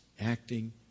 acting